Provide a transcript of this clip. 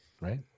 right